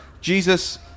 Jesus